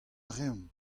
reomp